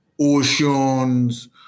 oceans